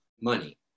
money